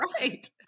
Right